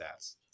stats